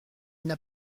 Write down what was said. n’a